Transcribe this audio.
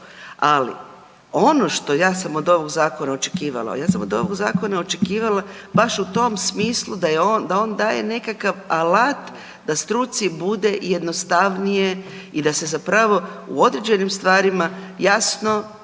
Ali ono što ja sam od ovog zakona očekivala, ja sam od ovog zakona očekivala baš u tom smislu da on daje nekakav alat da struci bude jednostavnije i da se zapravo u određenim stvarima jasno